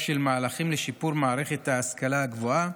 של מהלכים לשיפור מערכת ההשכלה הגבוהה